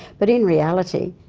but in reality,